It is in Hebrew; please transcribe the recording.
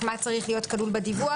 מה צריך להיות כלול בדיווח.